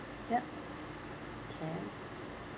yup can